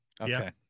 okay